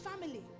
family